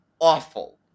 awful